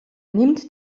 nimmt